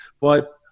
But-